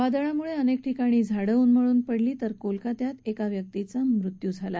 वादळामुळे अनेक झाडं उन्मळून पडली तर कोलकत्यात एका व्यक्तीचा मृत्यू झाला